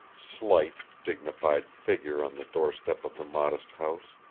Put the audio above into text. slight, dignified figure on the doorstep of the modest house